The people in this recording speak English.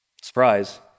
surprise